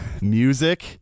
music